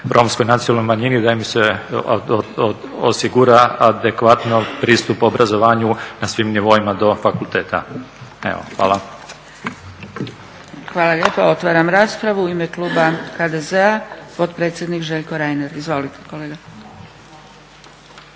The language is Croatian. romskoj nacionalnoj manjini, da im se osigura adekvatno pristup obrazovanju na svim nivoima do fakulteta. Evo, hvala. **Zgrebec, Dragica (SDP)** Hvala lijepa. Otvaram raspravu. U ime kluba HDZ-a potpredsjednik Željko Reiner. Izvolite kolega.